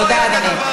תודה, אדוני.